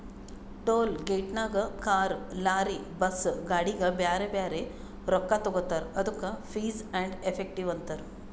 toll ಗೇಟ್ನಾಗ್ car, lorry, bus, ಗಾಡಿಗ ಬ್ಯಾರೆ ಬ್ಯಾರೆ ರೊಕ್ಕಾ ತಗೋತಾರ್ ಅದ್ದುಕ ಫೀಸ್ ಆ್ಯಂಡ್ ಎಫೆಕ್ಟಿವ್ ಅಂತಾರ್